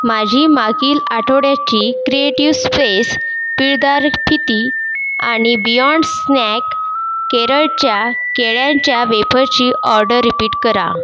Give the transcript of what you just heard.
माझी मागील आठवड्याची क्रिएटिव स्पेस पिळदार फिती आणि बियाँड स्नॅक केरळच्या केळ्यांच्या वेफंची ऑर्डर रिपीट करा